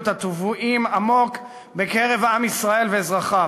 הטבועות עמוק בעם ישראל ואזרחיו.